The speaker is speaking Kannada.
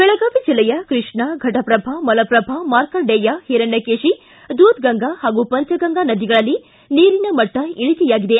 ಬೆಳಗಾವಿ ಜಿಲ್ಲೆಯ ಕೃಷ್ಣ ಫಟಪ್ರಭಾ ಮಲಪ್ರಭಾ ಮಾರ್ಕಂಡೇಯ ಹಿರಣ್ಯಕೇಶಿ ದೂದಗಂಗಾ ಹಾಗೂ ಪಂಚಗಂಗಾ ನದಿಗಳಲ್ಲಿ ನೀರಿನ ಮಟ್ಷ ಇಳಿಕೆಯಾಗಿದೆ